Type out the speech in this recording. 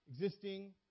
existing